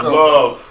love